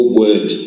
word